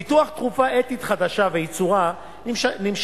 פיתוח תרופה אתית חדשה וייצורה נמשכים